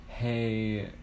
hey